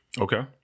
Okay